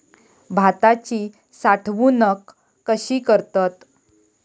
भाताची साठवूनक कशी करतत?